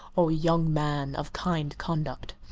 o young man of kind conduct.